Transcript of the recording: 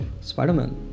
Spider-Man